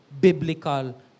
biblical